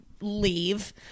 leave